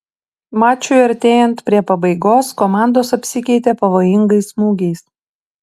mačui artėjant prie pabaigos komandos apsikeitė pavojingais smūgiais